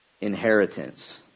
inheritance